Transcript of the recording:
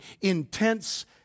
intense